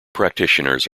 practitioners